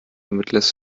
vermittlers